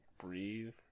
breathe